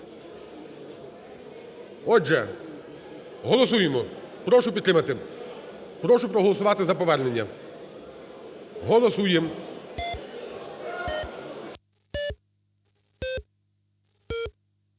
Отже, голосуємо. Прошу підтримати. Прошу проголосувати за повернення. Голосуємо.